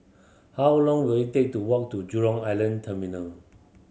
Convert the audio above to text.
how long will it take to walk to Jurong Island Terminal